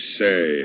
say